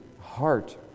heart